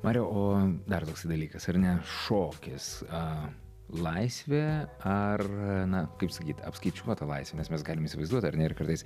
mariau o dar toksai dalykas ar ne šokis a laisvė ar na kaip sakyt apskaičiuota laisvė nes mes galim įsivaizduot ar ne ir kartais